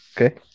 Okay